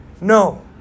No